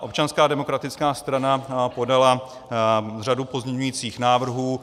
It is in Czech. Občanská demokratická strana podala řadu pozměňovacích návrhů.